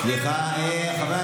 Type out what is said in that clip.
סליחה, חברי